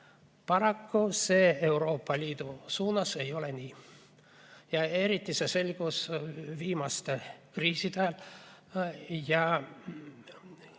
Paraku see Euroopa Liidu suunas ei ole nii ja eriti on see selgunud viimaste kriiside